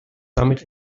damit